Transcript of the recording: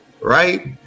Right